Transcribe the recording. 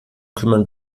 kümmern